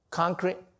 concrete